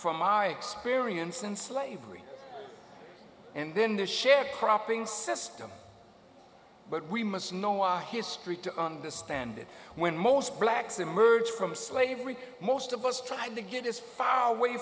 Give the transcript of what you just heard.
from my experience and slavery and then the share cropping system but we must know why history to understand it when most blacks emerge from slavery most of us trying to get as far away